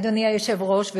אדוני היושב-ראש,